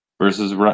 versus